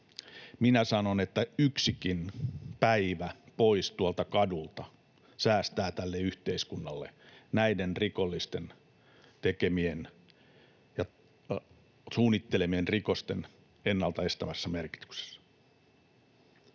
Minä sanon, että yksikin päivä pois tuolta kadulta säästää tälle yhteiskunnalle näiden rikollisten tekemiä ja suunnittelemia rikoksia ennalta estävässä merkityksessä.